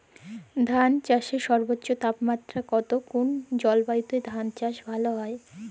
ধান চাষে সর্বোচ্চ তাপমাত্রা কত কোন জলবায়ুতে ধান চাষ ভালো হয়?